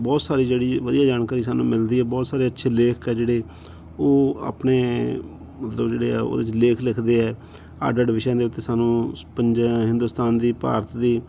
ਬਹੁਤ ਸਾਰੇ ਜਿਹੜੀ ਵਧੀਆ ਜਾਣਕਾਰੀ ਸਾਨੂੰ ਮਿਲਦੀ ਹੈ ਬਹੁਤ ਸਾਰੇ ਅੱਛੇ ਲੇਖਕ ਜਿਹੜੇ ਉਹ ਆਪਣੇ ਮਤਲਬ ਜਿਹੜੇ ਆ ਉਹਦੇ 'ਚ ਲੇਖ ਲਿਖਦੇ ਹੈ ਅੱਡ ਅੱਡ ਵਿਸ਼ਿਆਂ ਦੇ ਉੱਤੇ ਸਾਨੂੰ ਪੰਜ ਹਿੰਦੁਸਤਾਨ ਦੀ ਭਾਰਤ ਦੀ